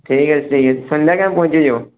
ঠিক আছে ঠিক আছে সন্ধ্যার আগে আমি পৌঁছে যাবো